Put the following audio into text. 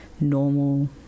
normal